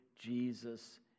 Jesus